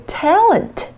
talent